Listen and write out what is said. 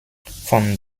von